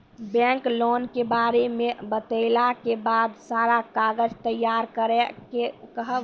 Bank loan के बारे मे बतेला के बाद सारा कागज तैयार करे के कहब?